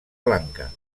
blanca